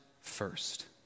first